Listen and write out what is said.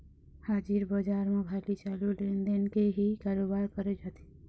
हाजिर बजार म खाली चालू लेन देन के ही करोबार करे जाथे